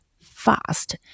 fast